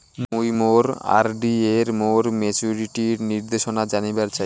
মুই মোর আর.ডি এর মোর মেচুরিটির নির্দেশনা জানিবার চাই